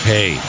Hey